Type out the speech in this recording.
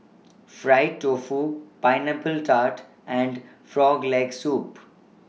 Fried Tofu Pineapple Tart and Frog Leg Soup